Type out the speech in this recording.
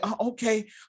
okay